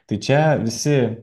tai čia visi